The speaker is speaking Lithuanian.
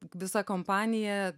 visa kompanija